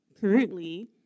currently